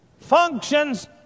functions